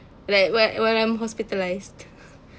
like when when I'm hospitalized